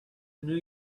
new